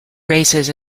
races